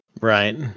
Right